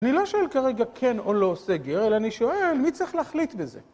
אני לא שואל כרגע כן או לא סגר, אלא אני שואל, מי צריך להחליט בזה?